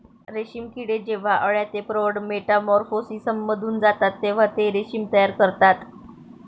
रेशीम किडे जेव्हा अळ्या ते प्रौढ मेटामॉर्फोसिसमधून जातात तेव्हा ते रेशीम तयार करतात